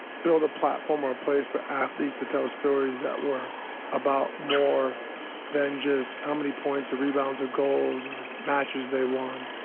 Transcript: build a platform or a place for athletes to tell stories that were about more than just how many points or rebounds or goals or matches they won.